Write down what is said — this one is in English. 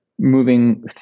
moving